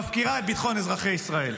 מפקירה את ביטחון אזרחי ישראל.